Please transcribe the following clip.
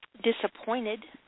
disappointed